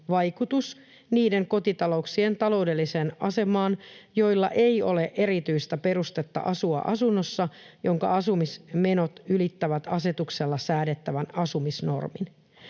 vaikutus niiden kotitalouksien taloudelliseen asemaan, joilla ei ole erityistä perustetta asua asunnossa, jonka asumismenot ylittävät asetuksella säädettävän asumisnormin.